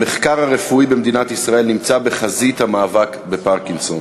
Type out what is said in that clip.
המחקר הרפואי במדינת ישראל נמצא בחזית המאבק בפרקינסון.